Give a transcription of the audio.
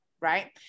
right